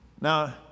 now